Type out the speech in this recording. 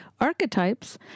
Archetypes